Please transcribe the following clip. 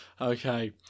Okay